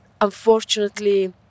unfortunately